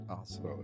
Awesome